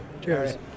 Cheers